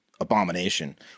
abomination